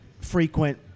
Frequent